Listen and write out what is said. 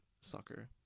soccer